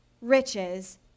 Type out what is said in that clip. riches